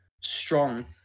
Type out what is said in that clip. strong